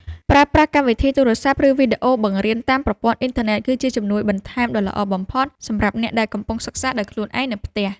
ប្រើប្រាស់កម្មវិធីទូរស័ព្ទ ឬវីដេអូបង្រៀនតាមប្រព័ន្ធអ៊ីនធឺណិតគឺជាជំនួយបន្ថែមដ៏ល្អបំផុតសម្រាប់អ្នកដែលកំពុងសិក្សាដោយខ្លួនឯងនៅផ្ទះ។